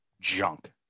junk